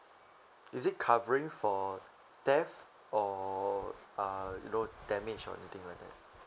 is it covering for theft or uh you know damage or anything like that